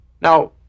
Now